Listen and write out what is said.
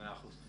מאה אחוז.